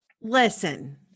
listen